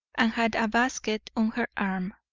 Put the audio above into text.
and had a basket on her arm,